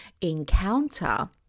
encounter